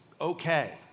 okay